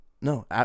no